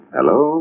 Hello